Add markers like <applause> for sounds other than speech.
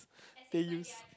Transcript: <breath> they use